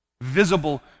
Visible